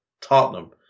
Tottenham